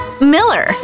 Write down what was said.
miller